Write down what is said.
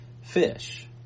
fish